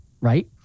right